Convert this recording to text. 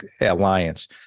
Alliance